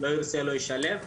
לא ירצה לא ישלב,